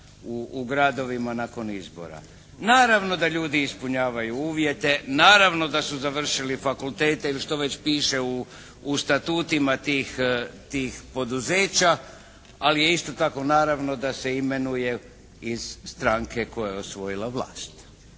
u gradovima nakon izbora. Naravno da ljudi ispunjavaju uvjete, naravno da su završili fakultete ili što već piše u statutima tih poduzeća, ali je isto tako naravno da se imenuje iz stranke koja je osvojila vlast.